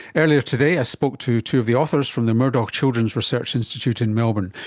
earlier today i spoke to two of the authors from the murdoch children's research institute in melbourne,